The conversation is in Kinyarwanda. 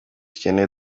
ukeneye